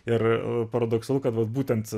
ir paradoksalu kad vat būtent